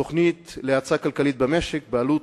הבאתם תוכנית להאצה כלכלית במשק בעלות,